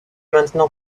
maintenant